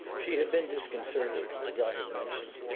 she had been disconcerted, as i have mentioned,